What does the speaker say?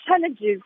challenges